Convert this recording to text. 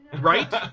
right